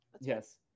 Yes